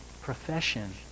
profession